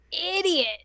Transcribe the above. idiot